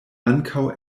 ankaŭ